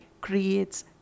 creates